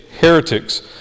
heretics